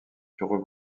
furent